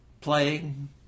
playing